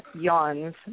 yawns